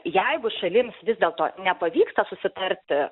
jeigu šalims vis dėlto nepavyksta susitarti